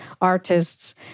artists